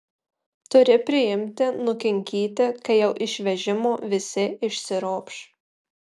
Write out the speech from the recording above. turi priimti nukinkyti kai jau iš vežimo visi išsiropš